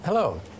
Hello